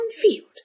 Field